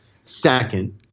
Second